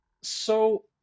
So-